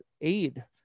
aid